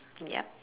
yup